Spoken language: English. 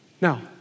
Now